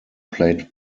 played